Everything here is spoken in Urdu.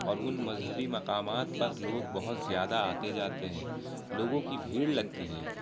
اور ان مذہبی مقامات پر لوگ بہت زیادہ آتے جاتے ہیں لوگوں کی بھیڑ لگتی ہے